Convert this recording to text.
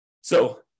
So-